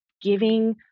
giving